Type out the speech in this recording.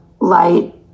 light